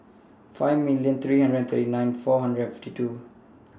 five million three hundred and thirty nine four hundred and fifty two